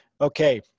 Okay